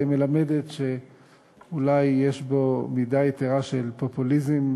מלמדת שאולי יש בו מידה יתרה של פופוליזם,